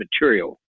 material